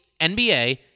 NBA